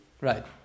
Right